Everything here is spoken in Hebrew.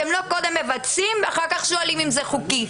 אתם לא קודם מבצעים ואחר כך שואלים אם זה חוקי.